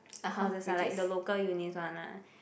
courses ah like the local unis one lah